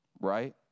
right